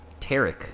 Tarek